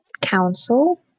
Council